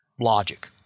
logic